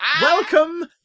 welcome